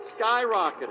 skyrocketed